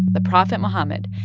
the prophet muhammad,